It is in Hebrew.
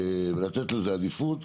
לתת לזה עדיפות,